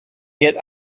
get